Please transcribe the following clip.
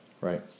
right